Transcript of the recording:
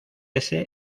ese